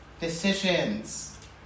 decisions